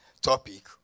topic